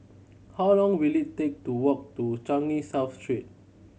how long will it take to walk to Changi South Street